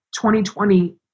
2020